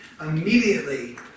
Immediately